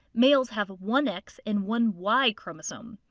males have one x and one y chromosome.